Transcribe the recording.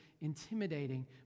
intimidating